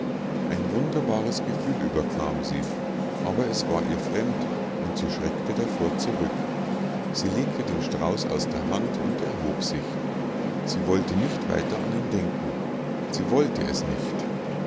ein wunderbares gefühl überkam sie aber es war ihr fremd und sie schreckte davor zurück sie legte den strauß aus der hand und erhob sich sie wollte nicht weiter an ihn denken sie wollte es nicht